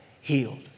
healed